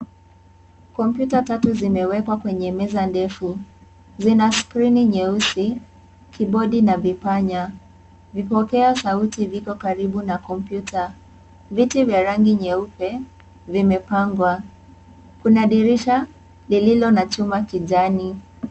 Kompyuta tatu zimewekwa kwenye meza ndefu zina skrini nyeusi kibodi na vipanya, vipokeo sauti vipo karibu na kompyuta, viti vya rangi nyeupe vimepangwa, kuna dirisha lililo na chuma kijani.